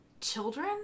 Children